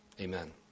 Amen